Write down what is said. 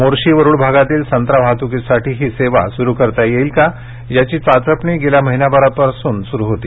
मोर्शी वरुड भागातील संत्रा वाहतुकीसाठी ही सेवा सुरू करता येईल का याची चाचपणी गेल्या महिन्याभरापासून सुरु होती